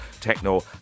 techno